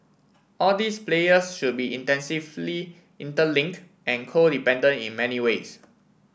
all these players should be intensively interlink and codependent in many ways